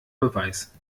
beweis